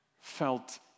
felt